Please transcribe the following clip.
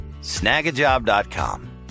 Snagajob.com